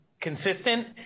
consistent